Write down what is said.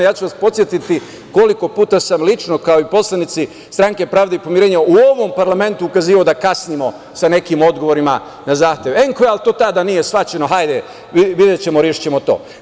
Ja ću vas podsetiti koliko puta sam lično, kao i poslanici Stranke pravde i pomirenja u ovom parlamentu ukazivao da kasnimo sa nekim odgovorima na zahtev ENKVA, ali to tada nije shvaćeno, hajde videćemo, rešićemo to.